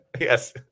Yes